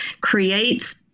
creates